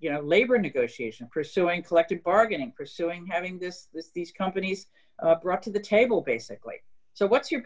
you know labor negotiation pursuing collective bargaining pursuing having this these companies brought to the table basically so what's your